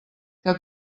que